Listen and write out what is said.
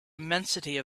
immensity